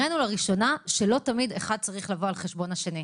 הראינו לראשונה שלא תמיד האחד צריך לבוא על חשבון השני.